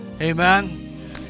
amen